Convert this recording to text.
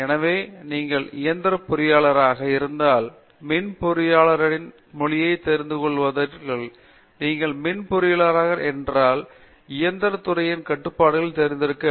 எனவே நீங்கள் இயந்திர பொறியியலாளராக இருந்தால் மின் பொறியாளரின் மொழியைப் புரிந்துகொள்வீர்கள் நீங்கள் மின் பொறியாளர் என்றால் என்ன என்றால் இயந்திர துறையின் கட்டுப்பாடுகள் தெரிந்திருக்க வேண்டும்